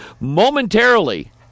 momentarily